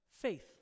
faith